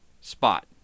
spot